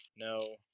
No